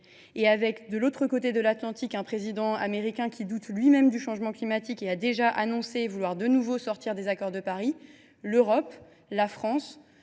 que de l’autre côté de l’Atlantique, le président américain doute du changement climatique et a déjà annoncé vouloir, de nouveau, sortir de l’accord de Paris, l’Europe et la France